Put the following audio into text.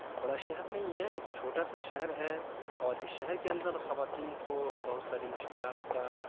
بڑا شہر نہیں ہے ایک چھوٹا سا شہر ہے اور اِس شہر کے اندر خواتین کو بہت ساری مشکلات کا